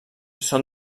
són